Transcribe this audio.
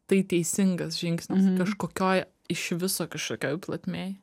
tai teisingas žingsnis kažkokioj iš viso kažkokioj plotmėj